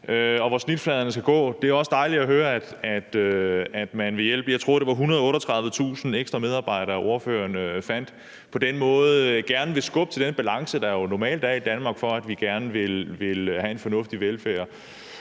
hvor snitfladerne skal gå. Det er også dejligt at høre, at man ved hjælp af, jeg tror, det var 138.000 ekstra medarbejdere, ordføreren fandt, gerne vil skubbe til den balance, der jo normalt er i Danmark, fordi vi gerne vil have en fornuftig velfærd,